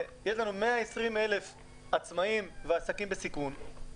ויש לנו 120,000 עצמאים ועסקים בסיכון,